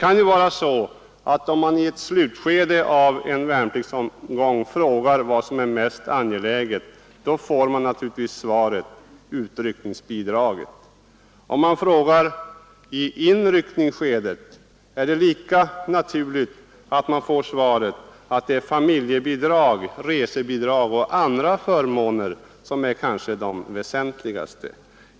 Om man i slutskedet av en värnpliktsomgång frågar vad som är mest angeläget får man naturligtvis svaret: utryckningsbidraget. Om man frågar i inryckningsskedet är det lika naturligt att man får svaret: familjebidraget, resebidraget och kanske andra förmåner.